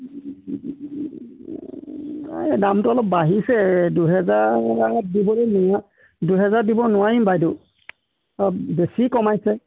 নাই দামটো অলপ বাঢ়িছেই দুহেজাৰত দিবলৈ নোৱা দুহেজাৰত দিব নোৱাৰিম বাইদেউ অঁ বেছি কমাইছে